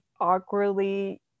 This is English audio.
awkwardly